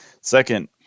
Second